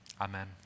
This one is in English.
Amen